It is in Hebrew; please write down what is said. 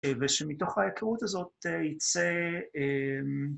ושמתוך ההיכרות הזאת ייצא